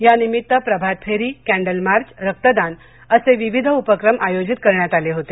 या निमित्त प्रभात फेरी कँडल मार्च रक्तदान असे विविध उपक्रम आयोजित करण्यात आले होते